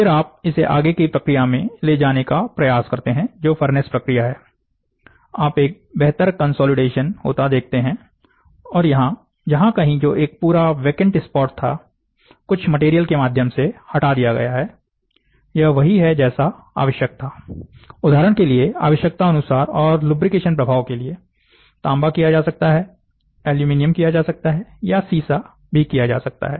फिर आप इसे आगे की प्रक्रिया में ले जाने का प्रयास करते हैं जो फर्नेस प्रक्रिया है आप एक बेहतर कंसोलिडेशन होता देखते हैं और यहां जहां कहीं जो एक पूरा वैक्कैंट स्पॉट था कुछ मटेरियल के माध्यम से हटा दिया गया है यह वही है जैसा आवश्यक था उदाहरण के लिए आवश्यकता अनुसार और लुब्रिकेशन प्रभाव के लिए तांबा किया जा सकता है एल्युमीनियम किया जा सकता है या सीसा किया जा सकता है